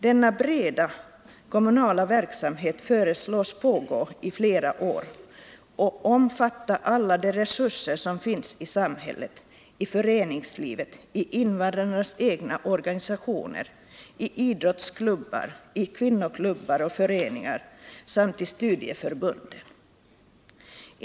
Denna breda, kommunala verksamhet föreslås pågå i flera år och omfatta alla de resurser som finns i samhället, i föreningslivet, i invandrarnas egna organisationer, i idrottsklubbar, i kvinnoklubbar och föreningar samt i studieförbunden.